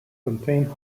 contain